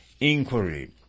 inquiry